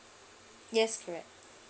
yes correct